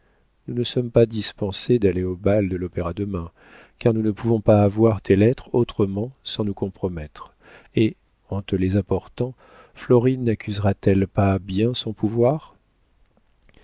nous ne sommes pas dispensés d'aller au bal de l'opéra demain car nous ne pouvons pas avoir tes lettres autrement sans nous compromettre et en te les apportant florine naccusera t elle pas bien son pouvoir